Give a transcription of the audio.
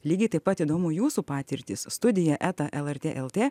lygiai taip pat įdomu jūsų patirtys studija eta lrt el tė